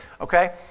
Okay